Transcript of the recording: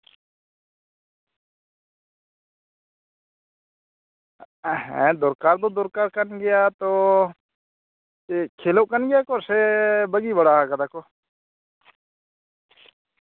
ᱦᱮᱸ ᱫᱚᱨᱠᱟᱨ ᱫᱚ ᱫᱚᱨᱠᱟᱨ ᱠᱟᱱ ᱜᱮᱭᱟ ᱛᱚ ᱠᱷᱮᱞᱳᱜ ᱠᱟᱱ ᱜᱮᱭᱟ ᱠᱚ ᱥᱮ ᱵᱟᱹᱜᱤ ᱵᱟᱲᱟᱣ ᱠᱟᱫᱟ ᱠᱚ